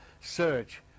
search